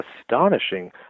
astonishing